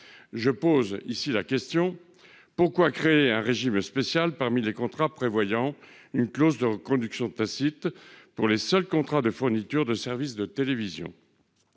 je pose la question : pourquoi créer un régime spécial parmi les contrats prévoyant une clause de reconduction tacite pour les seuls contrats de fourniture de services de télévision ?